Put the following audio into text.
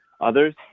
others